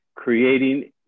creating